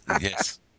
Yes